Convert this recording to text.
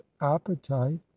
appetite